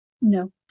no